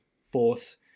force